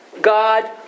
God